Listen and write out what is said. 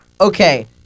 Okay